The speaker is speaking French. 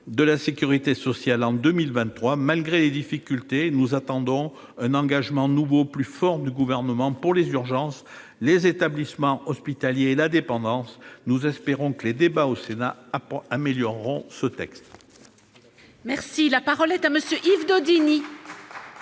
de la sécurité sociale en 2023. Malgré les difficultés, nous attendons un engagement nouveau, plus fort, du Gouvernement pour les urgences, les établissements hospitaliers et la dépendance. Nous espérons que les débats au Sénat amélioreront ce texte. La parole est à M. Yves Daudigny.